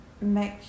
make